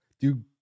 Dude